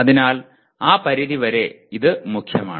അതിനാൽ ആ പരിധി വരെ ഇത് മുഖ്യമാണ്